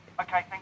Okay